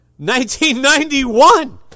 1991